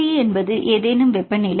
T என்பது ஏதேனும் வெப்பநிலை